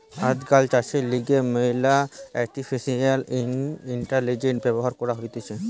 আজকাল চাষের লিগে ম্যালা আর্টিফিশিয়াল ইন্টেলিজেন্স ব্যবহার করা হতিছে